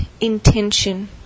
intention